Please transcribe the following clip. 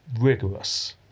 rigorous